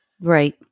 Right